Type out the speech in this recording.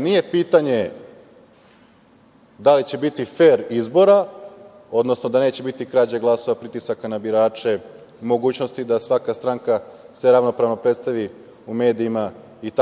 nije pitanje da li će biti fer izbora, odnosno da neće biti krađe glasova, pritisaka na birače i mogućnosti da svaka stranka se ravnopravno predstavi u medijima itd,